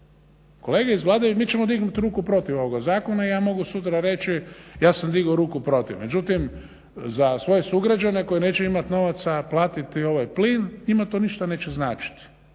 ne razumije./…, mi ćemo dignuti ruku protiv ovoga zakona, ja mogu sutra reći ja sam digao ruku protiv, međutim, za svoje sugrađane koji neće imati novaca platiti ovaj plin njima to ništa neće značiti.